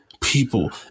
people